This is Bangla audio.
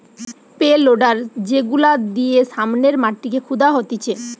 পে লোডার যেগুলা দিয়ে সামনের মাটিকে খুদা হতিছে